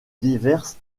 déverse